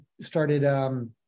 started